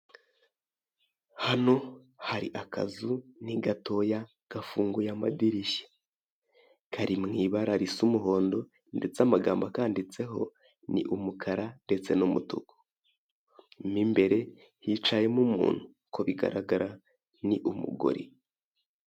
Hano hari akazu, ni gatoya gafunguye amadirishya. Kari mu ibara risa umuhondo ndetse amagambo akanditseho ni umukara ndetse n'umutuku. Mu imbere hicayemo umuntu uko bigaragara ni umugore.